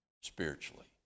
spiritually